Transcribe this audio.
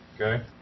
Okay